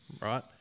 Right